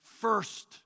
first